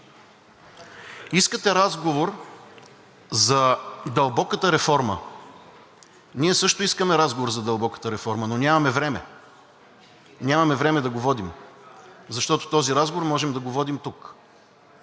Искате разговор за дълбоката реформа. Ние също искаме разговор за дълбоката реформа, но нямаме време. Нямаме време да го водим, защото този разговор можем да го водим тук.